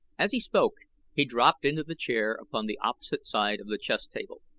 as he spoke he dropped into the chair upon the opposite side of the chess table.